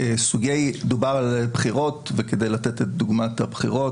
דובר על בחירות וכדי לתת את דוגמת הבחירות,